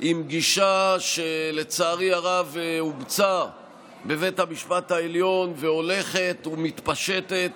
עם גישה שלצערי הרב אומצה בבית המשפט העליון והולכת ומתפשטת